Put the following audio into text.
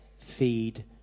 feed